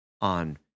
on